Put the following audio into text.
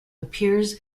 appears